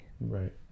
right